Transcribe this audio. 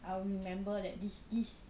I will remember that this this